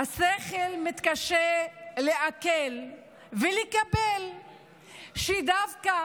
השכל מתקשה לעכל ולקבל שדווקא